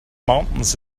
mountains